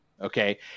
okay